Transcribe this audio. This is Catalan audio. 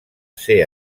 ser